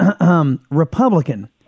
Republican